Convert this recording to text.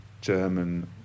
German